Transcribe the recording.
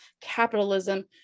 capitalism